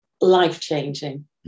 life-changing